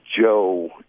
Joe